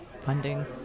funding